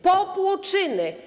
Popłuczyny!